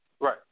Right